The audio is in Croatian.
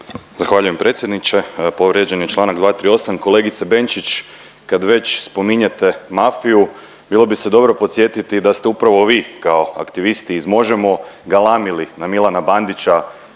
Zahvaljujem predsjedniče, povrijeđen je čl. 238.. Kolegice Benčić, kad već spominjete mafiju bilo bi se dobro podsjetiti da ste upravo vi kao aktivisti iz Možemo! galamili na Milana Bandića